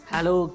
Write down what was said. Hello